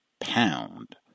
pound